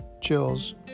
chills